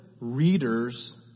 readers